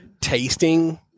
tasting